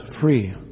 free